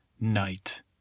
night